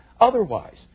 otherwise